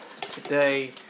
today